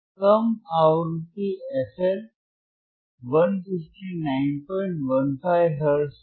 कम आवृत्ति fL 15915 hertz था